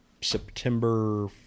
September